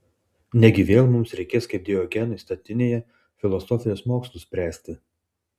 negi vėl mums reikės kaip diogenui statinėje filosofijos mokslus spręsti